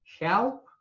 help